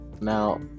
Now